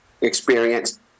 experience